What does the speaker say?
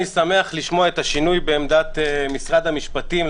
אני שמח לשמוע את השינוי בעמדת משרד המשפטים.